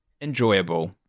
Enjoyable